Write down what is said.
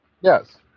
Yes